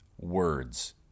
words